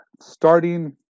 starting